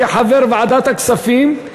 כחבר ועדת הכספים,